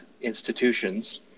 institutions